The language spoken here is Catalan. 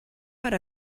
per